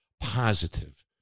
positive